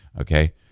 Okay